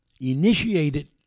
initiated